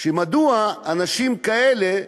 מדוע אנשים כאלה,